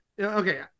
Okay